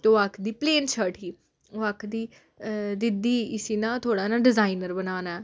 ते ओह् आखदी प्लेन शर्ट ही ओह् आखदी दीदी इसी ना थोह्ड़ा ना डिजाइनर बनाना ऐ